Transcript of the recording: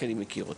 כי אני מכיר אותה.